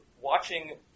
watching